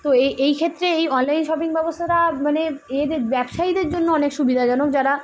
তো এই এই কেত্রে এই অনলাইন শপিং ব্যবস্থা মানে এদের ব্যবসায়ীদের জন্য অনেক সুবিধাজনক যারা